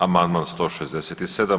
Amandman 167.